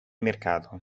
mercato